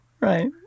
Right